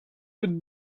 would